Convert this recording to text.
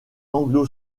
anglo